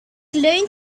leun